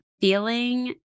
feeling